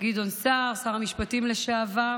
גדעון סער, שר המשפטים לשעבר,